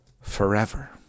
forever